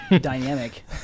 dynamic